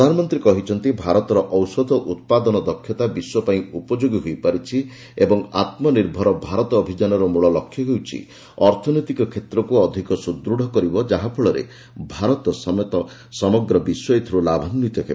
ପ୍ରଧାନମନ୍ତ୍ରୀ କହିଛନ୍ତି ଭାରତର ଔଷଧ ଉତ୍ପାଦନ ଦକ୍ଷତା ବିଶ୍ୱ ପାଇଁ ଉପଯୋଗୀ ହୋଇପାରିଛି ଓ ଆତ୍ମ ନିର୍ଭର ଭାରତ ଅଭିଯାନର ମୂଳ ଲକ୍ଷ୍ୟ ହେଉଛି ଅର୍ଥନୈତିକ କ୍ଷେତ୍ରକୁ ଅଧିକ ସୁଦୃଢ଼ କରିବା ଯାହା ଫଳରେ ଭାରତ ସମେତ ସମଗ୍ର ବିଶ୍ୱ ଏଥିରୁ ଲାଭାନ୍ଧିତ ହେବ